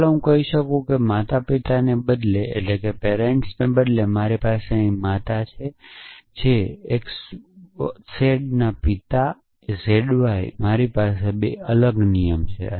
ચાલો હું કહી શકું છું કે માતાપિતાને બદલે મારી પાસે અહીં માતા છે પિતા xz પિતા zy મારી પાસે 2 અલગ નિયમો છે